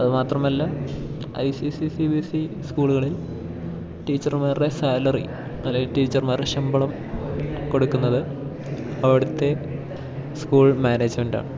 അതുമാത്രമല്ല I C S C C B S C സ്കൂളുകളിൽ ടീച്ചർമാരുടെ സാലറി അല്ലെങ്കിൽ ടീച്ചർമാരുടെ ശമ്പളം കൊടുക്കുന്നത് അവിടുത്തെ സ്കൂൾ മാനേജ്മെൻ്റാണ്